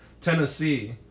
Tennessee